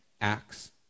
Acts